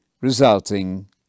resulting